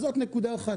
אז זאת נקודה אחת.